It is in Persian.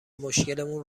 مشکلمون